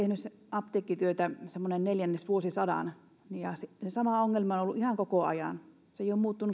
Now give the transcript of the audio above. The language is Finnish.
apteekkityötä semmoisen neljännesvuosisadan ja se sama ongelma on ollut ihan koko ajan